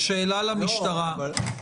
שאלה למשטרה.